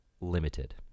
limited